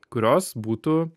kurios būtų